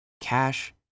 cash